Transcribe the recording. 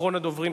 אחרון הדוברים,